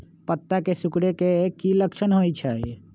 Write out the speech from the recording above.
पत्ता के सिकुड़े के की लक्षण होइ छइ?